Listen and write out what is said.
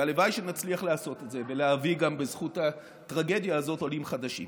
והלוואי שנצליח לעשות את זה ולהביא גם בזכות הטרגדיה הזאת עולים חדשים.